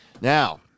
Now